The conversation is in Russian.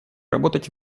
работать